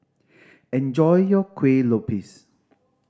enjoy your Kueh Lopes